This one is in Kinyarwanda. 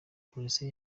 polisi